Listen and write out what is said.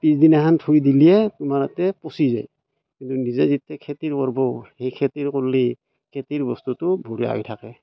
পিছদিনাখেন থৈ দিলে তোমাৰ তাতে পঁচি যায় কিন্তু নিজে যেতিয়া খেতি কৰিব সেই খেতি কৰিলে খেতিৰ বস্তুটো বুঢ়া হৈ থাকে